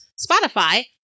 Spotify